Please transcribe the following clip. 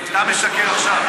אתה משקר עכשיו.